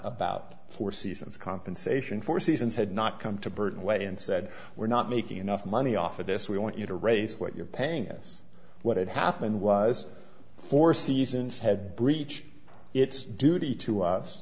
about four seasons compensation four seasons had not come to burton way and said we're not making enough money off of this we want you to raise what you're paying us what had happened was four seasons had breached its duty to us